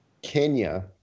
Kenya